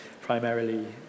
primarily